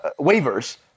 waivers